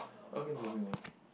okay moving on